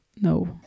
No